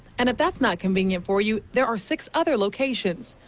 and if that's not convenient for you, there are six other locations.